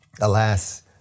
alas